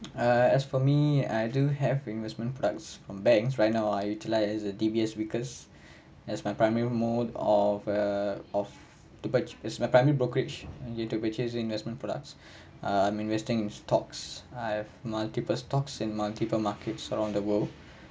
uh as for me I do have investment products from banks right now I utilized uh D_B_S because as my primary mode of err of the brokerage as my primary brokerage use to purchasing investment products um I'm investing in stocks I've multiple stocks in multiple markets around the world